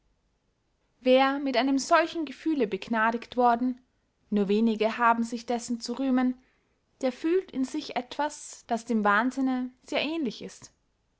wer mit einem solchen gefühle begnadigt worden nur wenige haben sich dessen zu rühmen der fühlt in sich etwas das dem wahnsinne sehr ähnlich ist